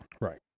Right